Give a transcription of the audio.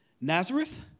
Nazareth